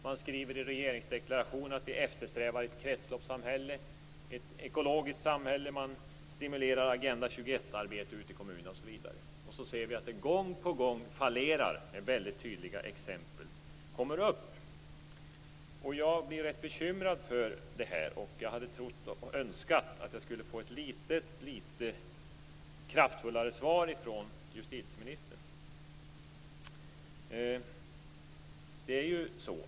Man skriver i regeringsdeklarationen att vi eftersträvar ett kretsloppssamhälle, ett ekologiskt samhälle, man stimulerar Agenda 21-arbetet ute i kommunerna, osv. Sedan ser vi att det gång på gång fallerar, då väldigt tydliga exempel kommer upp. Jag blir rätt bekymrad över det här. Jag hade trott och önskat att jag skulle få ett litet kraftfullare svar från justitieministern.